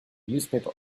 newspaper